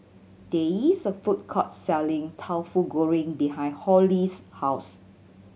there is a food court selling Tauhu Goreng behind Holli's house